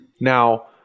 Now